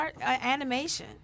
animation